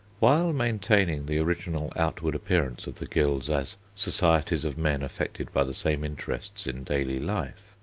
while maintaining the original outward appearance of the guilds as societies of men affected by the same interests in daily life,